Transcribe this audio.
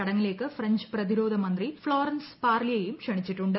ചടങ്ങിലേക്ക് ഫ്രഞ്ച് പ്രതിരോധ മന്ത്രി ഫ്ളോറൻസ് പാർലിയെയും ക്ഷണിച്ചിട്ടുണ്ട്